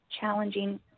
challenging